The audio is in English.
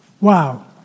Wow